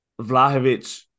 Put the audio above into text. Vlahovic